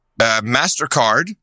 mastercard